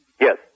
Yes